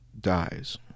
dies